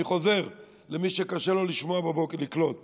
אני חוזר, למי שקשה לו לקלוט בבוקר: